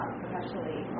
professionally